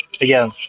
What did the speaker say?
again